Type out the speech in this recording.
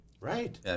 Right